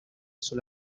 sol